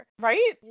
right